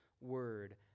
word